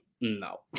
No